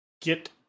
get